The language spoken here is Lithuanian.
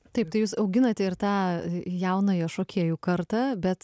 taip tai jūs auginate ir tą jaunąją šokėjų kartą bet